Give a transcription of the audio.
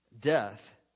Death